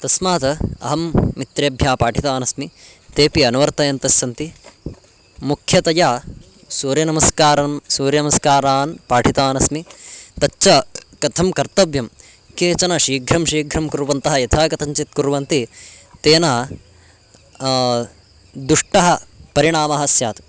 तस्मात् अहं मित्रेभ्यः पाठितवान् अस्मि तेऽपि अनुवर्तयन्तस्सन्ति मुख्यतया सूर्यनमस्कारं सूर्यनमस्कारान् पाठितानस्मि तच्च कथं कर्तव्यं केचन शीघ्रं शीघ्रं कुर्वन्तः यथा कथञ्चित् कुर्वन्ति तेन दुष्टः परिणामः स्यात्